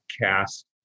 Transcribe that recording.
cast